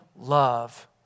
love